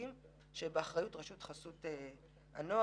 הממשלתיים שבאחריות רשות חסות הנוער.